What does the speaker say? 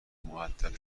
مودب